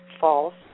false